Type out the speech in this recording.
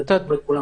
זה טוב לכולם.